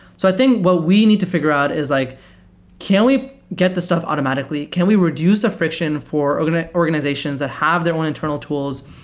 so i think what we need to figure out is like can we get this stuff automatically? can we reduce the friction for ultimate organizations that have their own internal tools?